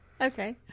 Okay